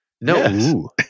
No